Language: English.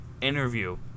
interview